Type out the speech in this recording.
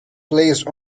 placed